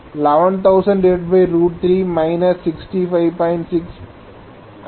110003 65